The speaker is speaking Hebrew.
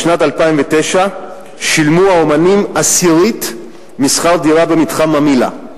בשנת 2009 שילמו האמנים עשירית משכר-הדירה במתחם ממילא,